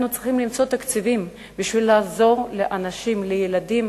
אנחנו צריכים למצוא תקציבים בשביל לעזור לאנשים ולילדים